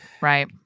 right